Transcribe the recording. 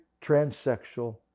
transsexual